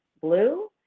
blue